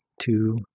two